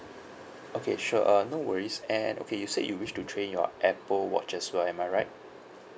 okay sure uh no worries and okay you said you wish to trade in your apple watch as well am I right